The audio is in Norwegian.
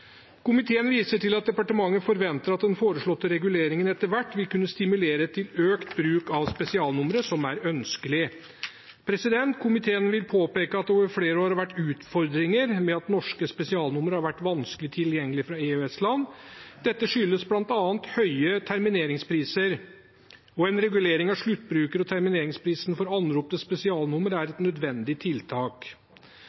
Komiteen viser til at departementet forventer at den foreslåtte reguleringen etter hvert vil kunne stimulere til økt bruk av spesialnummer, som er ønskelig. Komiteen vil påpeke at det over flere år har vært utfordringer med at norske spesialnummer har vært vanskelig tilgjengelige fra EØS-land. Det skyldes bl.a. høye termineringspriser. En regulering av sluttbruker- og termineringsprisene for anrop til spesialnummer er